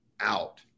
out